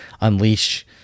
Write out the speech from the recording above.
unleash